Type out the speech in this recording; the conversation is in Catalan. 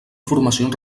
formacions